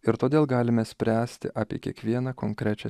ir todėl galime spręsti apie kiekvieną konkrečią